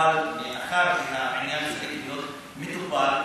אבל מאחר שהעניין צריך להיות מטופל,